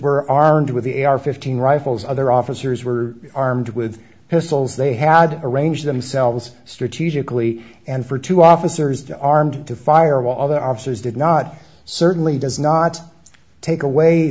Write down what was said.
were armed with the ar fifteen rifles other officers were armed with pistols they had arranged themselves strategically and for two officers to armed to fire while the officers did not certainly does not take away